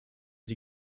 die